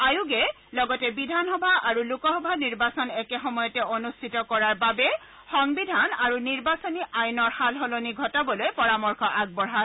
আয়োগে লগতে লোকসভা আৰু বিধানসভা নিৰ্বাচন একে সময়তে অনুষ্ঠিত কৰাৰ বাবে সংবিধান আৰু নিৰ্বাচনী আইনত সালসলনি ঘটাবলৈ পৰামৰ্শ আগবঢ়ায়